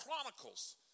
Chronicles